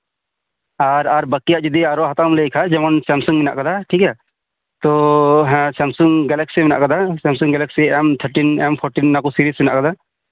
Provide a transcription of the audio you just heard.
ᱟᱨ ᱟᱨ ᱵᱟᱠᱤᱭᱟᱜ ᱡᱩᱫᱤ ᱟᱨᱦᱚᱸ ᱦᱟᱛᱟᱣᱮᱢ ᱞᱟᱹᱭ ᱠᱷᱟᱡ ᱡᱮᱢᱚᱱ ᱥᱟᱢᱥᱩᱝ ᱦᱮᱱᱟᱜ ᱠᱟᱫᱟ ᱛᱚ ᱦᱮᱸ ᱥᱟᱢᱥᱩᱝ ᱜᱮᱞᱟᱠᱥᱤ ᱦᱮᱞᱟᱜ ᱟᱠᱟᱫᱟ Samsung galaxy M thirteen M fourteen ᱠᱚ ᱨᱮᱱᱟ ᱥᱤᱨᱤᱡ ᱦᱮᱱᱟᱜ ᱠᱟᱫᱟ